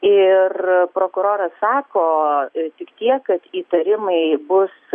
ir prokuroras sako tik tiek kad įtarimai bus